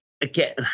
again